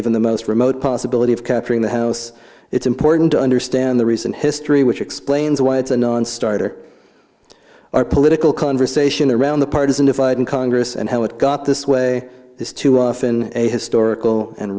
even the most remote possibility of capturing the house it's important to understand the recent history which explains why it's a nonstarter our political conversation around the partisan divide in congress and how it got this way is too often a historical and